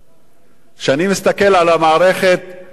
כשאני מסתכל על המערכת הכללית